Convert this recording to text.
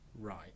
right